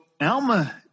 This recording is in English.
Alma